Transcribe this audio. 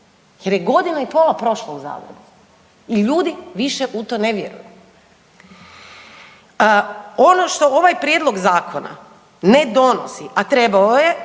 jer je godina i pola prošlo u Zagrebu. I ljudi više u to ne vjeruju. Ono što ovaj prijedlog Zakona ne donosi, a trebao je,